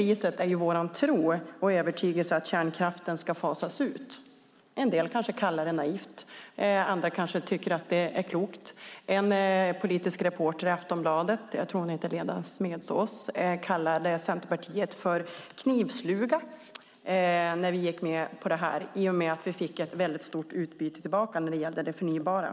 Det är vår tro och övertygelse att kärnkraften ska fasas ut. En del kanske kallar det naivt, och andra kanske tycker att det är klokt. En politisk reporter i Aftonbladet, jag tror att hon heter Lena Smedsaas, kallade Centerpartiet för knivslugt när vi gick med på detta i och med att vi fick ett väldigt stort utbyte tillbaka när det gällde det förnybara.